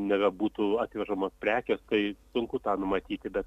nebebūtų atvežamos prekės tai sunku tą numatyti bet